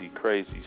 crazy